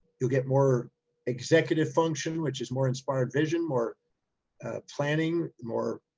you'll get more executive function, which is more inspired, vision, more ah planning, more,